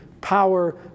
power